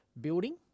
building